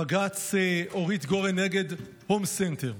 בג"ץ אורית גורן נ' הום סנטר.